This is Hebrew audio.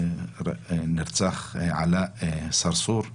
נרצח עלאא סרסור,